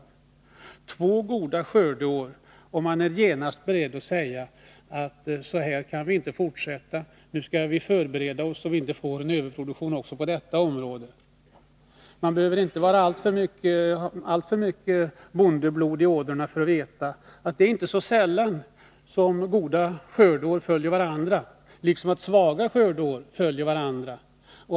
Efter två goda skördeår är man genast beredd att säga: Så här kan vi inte fortsätta — nu skall vi förbereda oss så att vi inte får en överproduktion också på detta område. Man behöver inte ha särskilt mycket bondeblod i ådrorna för att veta att goda skördeår inte så sällan följer efter varandra, liksom också dåliga skördeår kan göra.